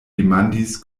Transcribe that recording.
demandis